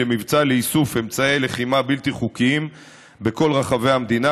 במבצע לאיסוף אמצעי לחימה בלתי חוקיים בכל רחבי המדינה,